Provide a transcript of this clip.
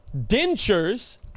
Dentures